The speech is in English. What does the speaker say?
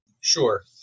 Sure